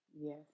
Yes